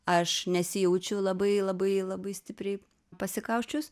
aš nesijaučiu labai labai labai stipriai pasikausčius